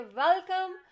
welcome